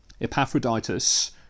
Epaphroditus